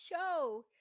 show